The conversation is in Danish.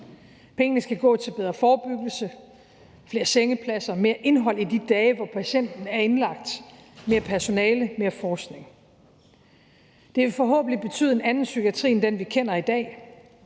Pengene skal gå til bedre forebyggelse, flere sengepladser, mere indhold i de dage, hvor patienten er indlagt, mere personale og mere forskning. Det vil forhåbentlig betyde en anden psykiatri end den, vi kender i dag,